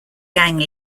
gang